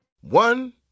One